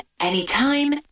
Anytime